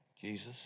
Jesus